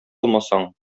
алмасаң